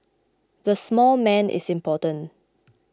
the small man is important